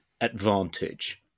advantage